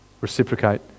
reciprocate